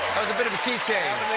was a bit of a key change.